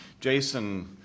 Jason